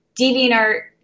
DeviantArt